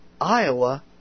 Iowa